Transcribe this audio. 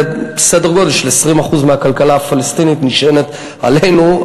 סדר-גודל של 20% מהכלכלה הפלסטינית נשען עלינו.